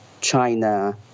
China